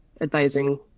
advising